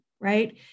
right